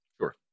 Sure